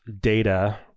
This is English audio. data